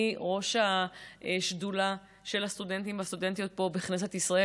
אני ראש השדולה של הסטודנטים והסטודנטיות פה בכנסת ישראל,